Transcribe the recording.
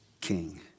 king